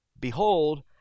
Behold